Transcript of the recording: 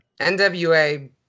nwa